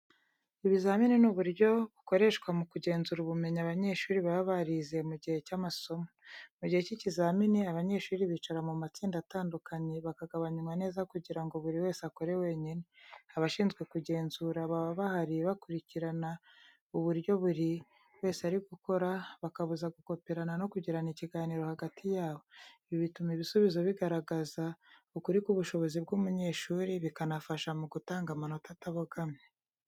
Ibizamini ni uburyo bukoreshwa mu kugenzura ubumenyi abanyeshuri baba barize mu gihe cy’amasomo. Mu gihe cy'ibizamini, abanyeshuri bicara mu matsinda atandukanye, bakagabanywa neza kugira ngo buri wese akore wenyine. Abashinzwe kugenzura baba bahari, bakurikirana uburyo buri wese ari gukora, bakabuza gukoperana no kugirana ikiganiro hagati yabo. Ibi bituma ibisubizo bigaragaza ukuri k’ubushobozi bw’umunyeshuri, bikanafasha mu gutanga amanota atabogamye.